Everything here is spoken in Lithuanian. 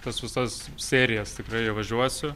tas visas serijas tikrai važiuosiu